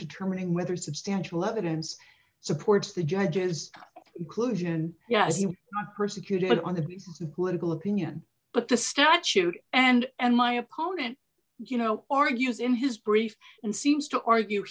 determining whether substantial evidence supports the judge's closure and yes he would not persecuted on the political opinion but the statute and and my opponent you know argues in his brief and seems to argue